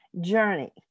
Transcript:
journey